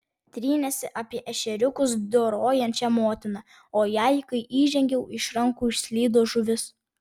trynėsi apie ešeriukus dorojančią motiną o jai kai įžengiau iš rankų išslydo žuvis